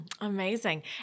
Amazing